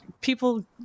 people